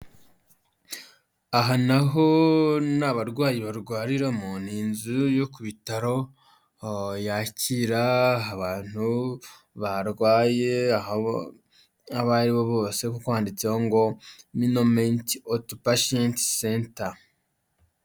Aha naho ni abarwayi barwariramo, ni inzu yo ku bitaro yakira abantu barwaye abo aribo bose kuko handitseho ngo ninomenti otopashiyeti senta.